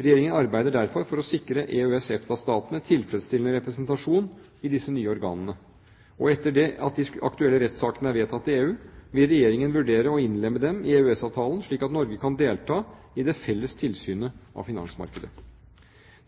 Regjeringen arbeidet derfor for å sikre EØS/EFTA-statene tilfredsstillende representasjon i disse nye organene. Og etter at de aktuelle rettsaktene er vedtatt i EU, vil Regjeringen vurdere å innlemme dem i EØS-avtalen, slik at Norge kan delta i det felles tilsynet av finansmarkedet.